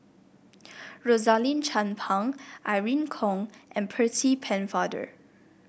Rosaline Chan Pang Irene Khong and Percy Pennefather